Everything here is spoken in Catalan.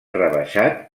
rebaixat